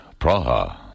Praha